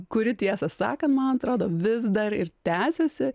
kuri tiesą sakant man atrodo vis dar ir tęsiasi